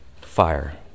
fire